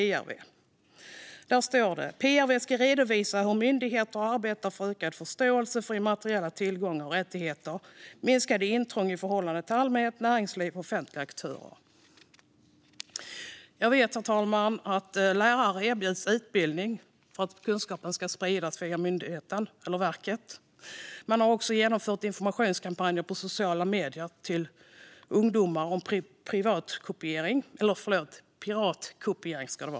Av regleringsbrevet framgår att PRV ska redovisa hur myndigheten arbetar för ökad förståelse för immateriella tillgångar och rättigheter samt minskade intrång i förhållande till allmänhet, näringsliv och offentliga aktörer. Jag vet, herr talman, att lärare erbjuds utbildning vid verket för att sprida kunskap. Man har också genomfört informationskampanjer på sociala medier till ungdomar om piratkopiering.